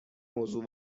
موضوع